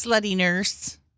nurse